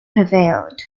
prevailed